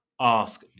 ask